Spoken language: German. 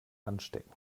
anstecken